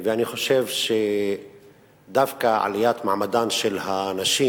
אני חושב שדווקא עליית מעמדן של הנשים